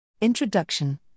Introduction